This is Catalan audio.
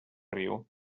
riu